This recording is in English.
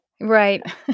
right